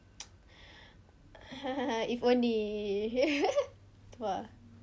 if only !wah!